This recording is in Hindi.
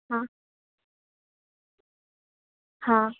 हाँ हाँ